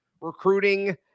recruiting